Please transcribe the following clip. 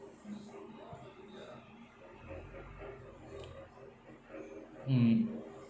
mm